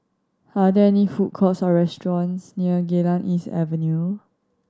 are there any food courts or restaurants near Geylang East Avenue